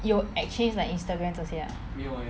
you exchange like Instagram 这些 mah